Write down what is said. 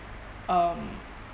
um